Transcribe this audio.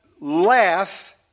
laugh